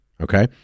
okay